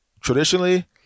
Traditionally